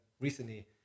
recently